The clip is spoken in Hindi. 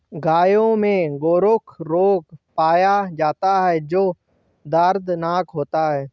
गायों में गोखरू रोग पाया जाता है जो दर्दनाक होता है